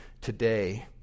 today